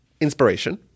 inspiration